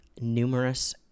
numerous